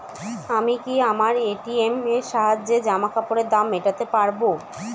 আমি কি আমার এ.টি.এম এর সাহায্যে জামাকাপরের দাম মেটাতে পারব?